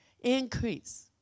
increase